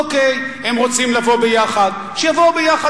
אוקיי, הם רוצים לבוא ביחד, שיבואו ביחד.